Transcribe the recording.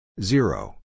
Zero